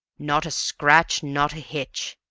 not a scratch not a hitch!